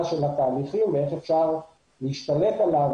של התהליכים ואיך אפשר להשתלט עליו,